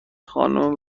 خانم